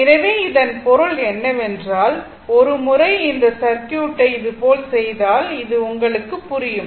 எனவே இதன் பொருள் என்னவென்றால் ஒரு முறை இந்த சர்க்யூட்டை இது போல் செய்தால் இது உங்களுக்குப் புரியும்